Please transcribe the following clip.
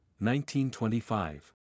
1925